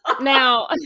now